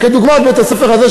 דוגמת בית-הספר הזה,